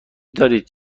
دارید